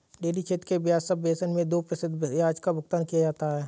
dairy क्षेत्र के ब्याज सबवेसन मैं दो प्रतिशत ब्याज का भुगतान किया जाता है